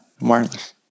Wireless